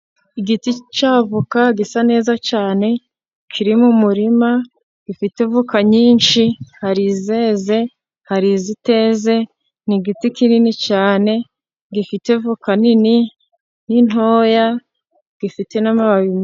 Igiti cy'avoka gisa neza cyane, kiri mu murima gifite avoka nyinshi, hari izeze hari iziteze, n'igiti kinini cyane gifite avoka nini n'intoya, gifite n'amababi.